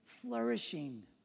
Flourishing